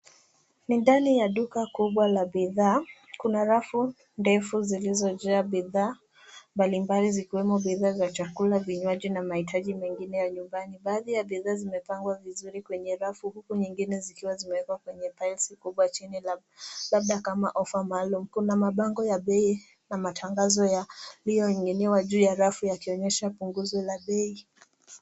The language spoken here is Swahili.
Ni ndani ya duka kubwa la bidhaa, kuna rafu ndefu zilizojaa bidhaa mbalimbali zikiwemo bidhaa za chakula, vinywaji na mahitaji mengine ya nyumbani. Baadhi ya bidhaa zimepangwa vizuri kwenye rafu huku nyingine zikiwa zimewekwa kwenye piles kubwa chini labda kama ofa maalum. Kuna mabango ya bei na matangazo yaliyoning'iniwa juu ya rafu yakionyesha punguzo la bei.